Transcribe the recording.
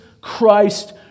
Christ